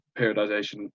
periodization